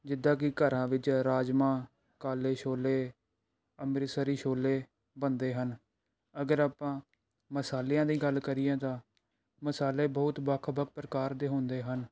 ਜਿੱਦਾਂ ਕਿ ਘਰਾਂ ਵਿੱਚ ਰਾਜਮਾਂਹ ਕਾਲੇ ਛੋਲੇ ਅੰਮ੍ਰਿਤਸਰੀ ਛੋਲੇ ਬਣਦੇ ਹਨ ਅਗਰ ਆਪਾਂ ਮਸਾਲਿਆਂ ਦੀ ਗੱਲ ਕਰੀਏ ਤਾਂ ਮਸਾਲੇ ਬਹੁਤ ਵੱਖ ਵੱਖ ਪ੍ਰਕਾਰ ਦੇ ਹੁੰਦੇ ਹਨ